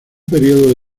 período